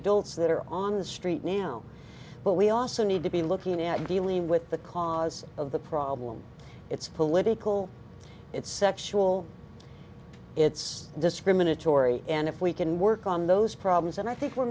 adults that are on the street now but we also need to be looking at dealing with the cause of the problem it's political it's sexual it's discriminatory and if we can work on those problems and i think we're